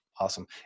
Awesome